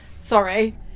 sorry